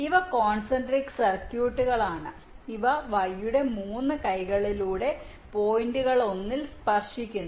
ഇവ കോൺസെൻട്രിക് സർക്യൂട്ടുകളാണ് ഇവ Y യുടെ 3 കൈകളിലൂടെ പോയിന്റുകളിലൊന്നിൽ സ്പർശിക്കുന്നു